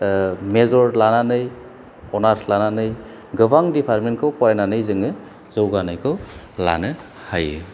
major लानानै honours लानानै गोबां दिपार्तमेन्त खौ फरायनानै जोङो जौगानायखौ लानो हायो